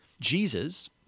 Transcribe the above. Jesus—